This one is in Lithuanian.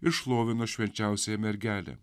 ir šlovino švenčiausiąją mergelę